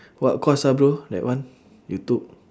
what course ah bro that one you took